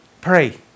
Pray